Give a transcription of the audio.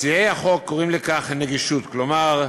מציעי החוק קוראים לכך נגישות, כלומר,